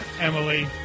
Emily